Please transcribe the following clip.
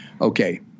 Okay